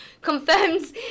confirms